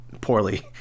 poorly